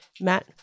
Matt